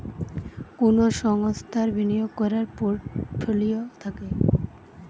কুনো সংস্থার বিনিয়োগ কোরার পোর্টফোলিও থাকে